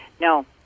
No